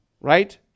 Right